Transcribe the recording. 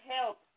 help